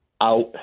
out